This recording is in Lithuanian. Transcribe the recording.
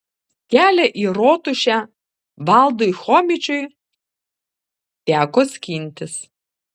kelią į rotušę valdui chomičiui teko skintis